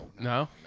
No